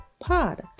pod